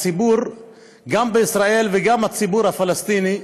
הציבור בישראל וגם את הציבור הפלסטיני,